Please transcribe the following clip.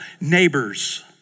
neighbors